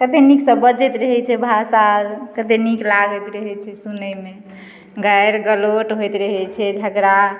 कतेक नीकसँ बजैत रहै छै भाषा कतेक नीक लागैत रहै छै सुनयमे गारि गलोट होइत रहै छै झगड़ा